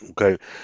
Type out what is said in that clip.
Okay